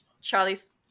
Charlie's